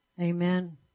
Amen